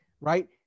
right